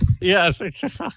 Yes